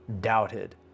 doubted